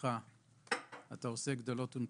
לתפקידך אתה עושה גדולות ונצורות.